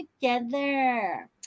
together